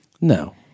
No